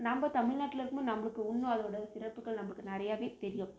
நம்ம தமிழ்நாட்டில் இருக்கும் போது நம்மளுக்கு இன்னும் அதோட சிறப்புகள் நம்மளுக்கு நிறையாவே தெரியும்